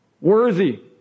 worthy